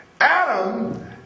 Adam